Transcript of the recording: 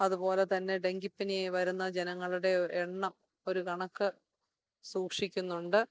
അതുപോലെ തന്നെ ഡെങ്കിപ്പനി വരുന്ന ജനങ്ങളുടെ എണ്ണം ഒരു കണക്ക് സൂക്ഷിക്കുന്നുണ്ട്